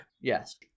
Yes